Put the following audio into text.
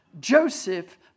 Joseph